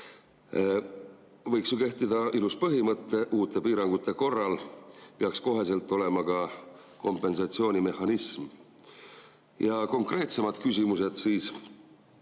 Võiks ju kehtida ilus põhimõte: uute piirangute korral peaks kohe olema ka kompensatsioonimehhanism. Konkreetsemad küsimused.